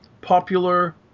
popular